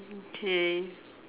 okay